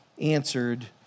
answered